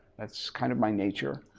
that's kind of my nature.